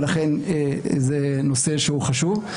ולכן זה נושא שהוא חשוב.